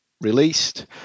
released